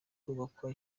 kubakwa